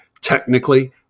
Technically